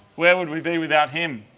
where would we be without him?